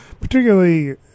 particularly